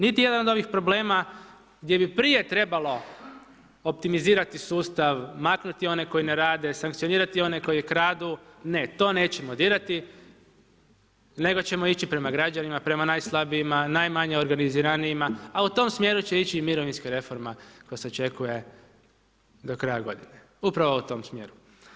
Niti jedna od ovih problema gdje bi prije trebalo optimizirati sustav, maknuti one koji ne rade, sankcionirati one koji kradu, ne, to nećemo dirati nego ćemo ići prema građanima, prema najslabijima, najmanje organiziranijima a u tom smjeru će ići mirovinska reforma koja se očekuje do kraja godine, upravo u tom smjeru.